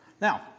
Now